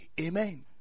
amen